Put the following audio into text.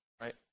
right